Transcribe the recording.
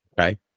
Okay